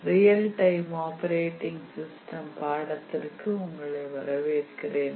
real time operating system பாடத்திற்கு உங்களை வரவேற்கிறேன்